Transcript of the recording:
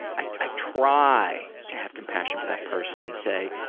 i try to have compassion for that person and say,